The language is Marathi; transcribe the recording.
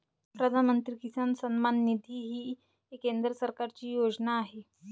प्रधानमंत्री किसान सन्मान निधी ही केंद्र सरकारची योजना आहे